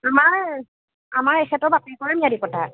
আমাৰ আমাৰ এখেতৰ বাপেকৰে ম্যাদী পট্টা আছে